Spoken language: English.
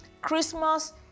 Christmas